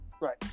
right